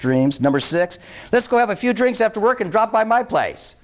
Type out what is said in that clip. streams number six let's go have a few drinks after work and drop by my place